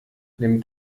nimmt